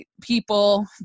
people